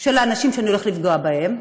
של האנשים שאני הולך לפגוע בהם,